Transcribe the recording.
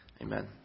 Amen